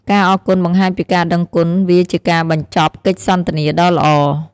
ការអរគុណបង្ហាញពីការដឹងគុណវាជាការបញ្ចប់កិច្ចសន្ទនាដ៏ល្អ។